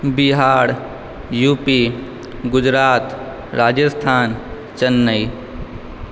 Bihar UP Gujarat Rajasthan Chennai